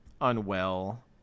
unwell